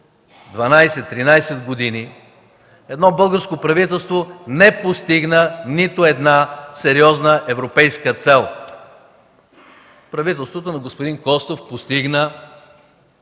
12-13 години едно българско правителство не постигна нито една сериозна европейска цел. Правителството на господин Костов постигна